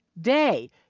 day